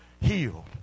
healed